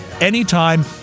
anytime